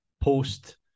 post-